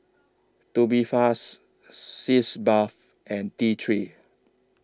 Tubifast Sitz Bath and T three